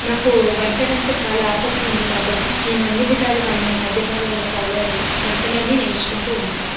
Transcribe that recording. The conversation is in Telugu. నాకు వంటలంటే చాలా ఆసక్తి ఉంది కాబట్టి నేను అన్ని విధాలుగా అన్ని మాధ్యమాలలో ఫాలో అయి వంటలన్నీ నేర్చుకుంటూ ఉంటాను